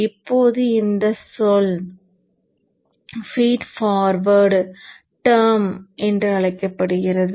இப்போது இந்த சொல் ஃபீட் ஃபார்வர்ட் டெர்ம் என்று அழைக்கப்படுகிறது